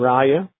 Raya